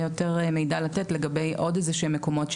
יותר מידע לתת לגבי עוד איזה שהם מקומות,